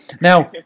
Now